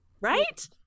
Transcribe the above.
Right